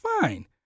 fine